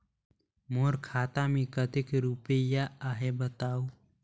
मोर खाता मे कतेक रुपिया आहे बताव?